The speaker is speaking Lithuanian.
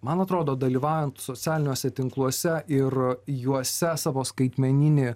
man atrodo dalyvaujant socialiniuose tinkluose ir juose savo skaitmeninį